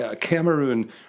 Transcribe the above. Cameroon